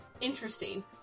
interesting